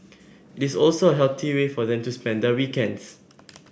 it is also a healthy way for them to spend their weekends